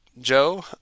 Joe